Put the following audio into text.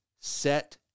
set